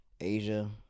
Asia